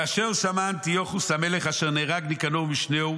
"כאשר שמע אנטיוכוס המלך אשר נהרג ניקנור משנהו,